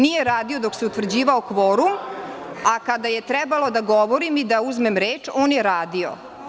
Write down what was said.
Nije radio dok se utvrđivao kvorum, a kada je trebalo da govorim i uzmem reč, on je radio.